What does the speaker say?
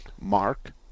mark